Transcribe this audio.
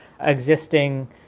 existing